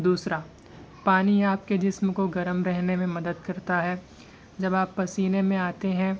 دوسرا پانی آپ کے جسم کو گرم رہنے میں مدد کرتا ہے جب آپ پسینے میں آتے ہیں